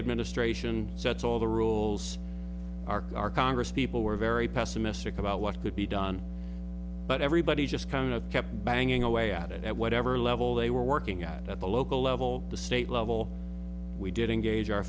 administration sets all the rules are our congresspeople were very pessimistic about what could be done but everybody just kind of kept banging away at it at whatever level they were working out at the local level the state level we did engage our